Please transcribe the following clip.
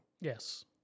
Yes